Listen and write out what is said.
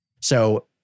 So-